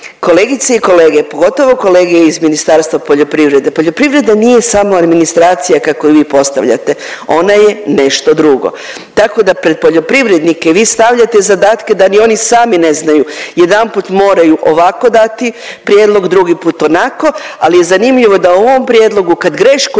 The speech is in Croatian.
kolegice i kolege, pogotovo kolege iz Ministarstva poljoprivrede, poljoprivreda nije samo administracija kako ju vi postavljate, ona je nešto drugo, tako da pred poljoprivrednike vi stavljate zadatke da ni oni sami ne znaju, jedanput moraju ovako dati prijedlog, drugi put onako, ali je zanimljivo da u ovom prijedlogu kad grešku